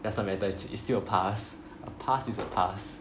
does not matter it's it's still a pass a pass is a pass